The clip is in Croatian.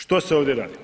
Što se ovdje radi?